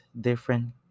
different